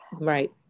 Right